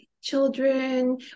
children